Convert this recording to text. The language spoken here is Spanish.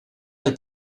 del